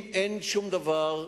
אם אין שום דבר,